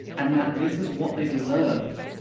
and that this is what they deserve.